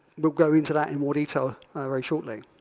we'll go into that in more detail very shortly.